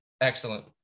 Excellent